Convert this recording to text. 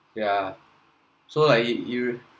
yeah so like it you